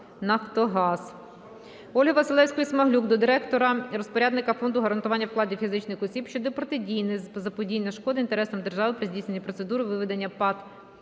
Ольги Василевської-Смаглюк до директора - розпорядника Фонду гарантування вкладів фізичних осіб щодо протидії заподіяння шкоди інтересам держави при здійсненні процедури виведення ПАТ